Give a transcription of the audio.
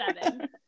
seven